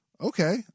Okay